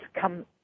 come